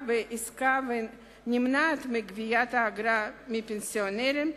בעסקה ונמנעת מגביית האגרה מפנסיונרים,